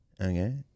Okay